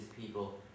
people